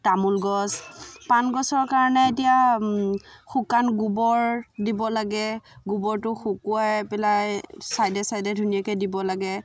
তামোল গছ পান গছৰ কাৰণে এতিয়া শুকান গোবৰ দিব লাগে গোবৰটো শুকুৱাই পেলাই চাইডে চাইডে ধুনীয়াকৈ দিব লাগে